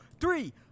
three